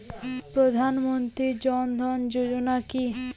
প্রধান মন্ত্রী জন ধন যোজনা কি?